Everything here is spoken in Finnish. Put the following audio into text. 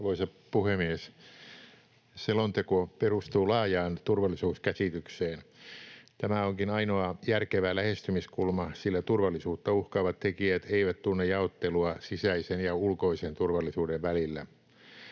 Arvoisa puhemies! Selonteko perustuu laajaan turvallisuuskäsitykseen. Tämä onkin ainoa järkevä lähestymiskulma, sillä turvallisuutta uhkaavat tekijät eivät tunne jaottelua sisäisen ja ulkoisen turvallisuuden välillä.